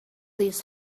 this